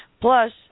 plus